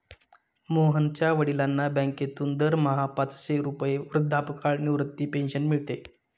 मोहनच्या वडिलांना बँकेतून दरमहा पाचशे रुपये वृद्धापकाळ निवृत्ती पेन्शन मिळते